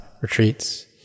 retreats